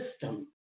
system